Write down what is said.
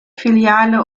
filiale